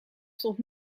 stond